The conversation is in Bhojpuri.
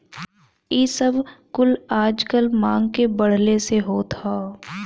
इ सब कुल आजकल मांग के बढ़ले से होत हौ